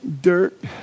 dirt